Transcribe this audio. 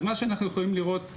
אז מה שאנחנו יכולים לראות כאן,